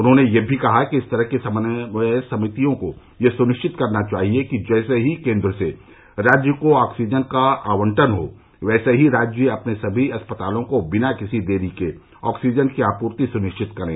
उन्होंने यह भी कहा कि इस तरह की समन्वय समितियों को यह सुनिश्चित करना चाहिए कि जैसे ही केंद्र से राज्य को ऑक्सीजनका आवंटन हो वैसे ही राज्य अपने सभी अस्पतालों को बिना किसी देरी के ऑक्सीजन की आपूर्ति सुनिश्चित करें